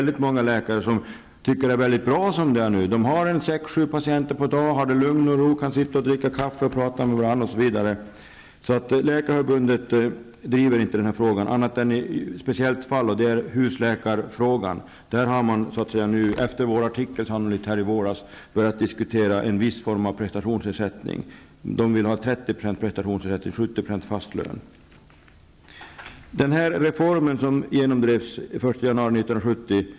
Det är många läkare som tycker att det är bra som det är nu. De har 6--7 patienter på en dag. De har lugn och ro, kan sitta och dricka kaffe och prata med varandra. Läkarförbundet driver inte denna fråga förutom i ett speciellt fall, och det gäller husläkarna. Där har man, sannolikt efter vår artikel i våras, börjat diskutera en viss form av prestationsersättning. De vill ha 30 % som prestationsersättning och 70 % som fast lön.